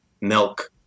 milk